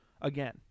Again